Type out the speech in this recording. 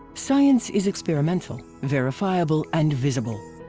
science is experimental, verifiable and visible.